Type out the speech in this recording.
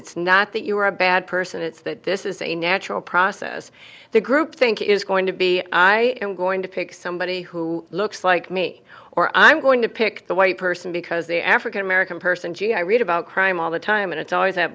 it's not that you are a bad person it's that this is a natural process the group think is going to be i am going to pick somebody who looks like me or i'm going to pick the white person because the african american person gee i read about crime all the time and it's always